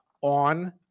on